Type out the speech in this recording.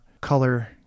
color